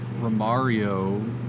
Romario